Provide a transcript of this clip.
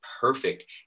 perfect